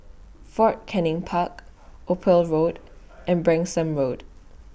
Fort Canning Park Ophir Road and Branksome Road